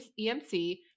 EMC